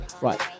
Right